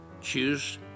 Choose